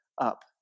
up